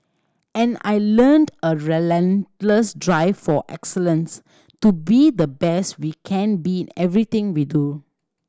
and I learnt a relentless drive for excellence to be the best we can be in everything we do